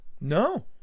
no